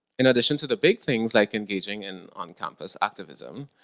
in addition to the big things, like engaging in on campus activism,